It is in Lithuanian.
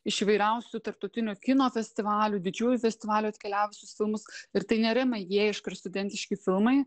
iš įvairiausių tarptautinių kino festivalių didžiųjų festivalių atkeliavusius filmus ir tai nėra mėgėjiška ir studentiški filmai